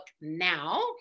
Now